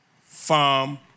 farm